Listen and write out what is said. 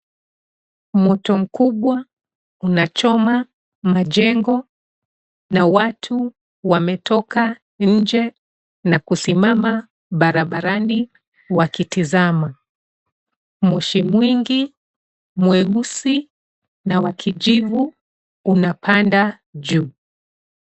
Moto mkubwa unachoma majengo na watu wametoka nje na kusimama barabarani wakitazama. Moshi mwingi mweusi na wa kijivu unapanda juu.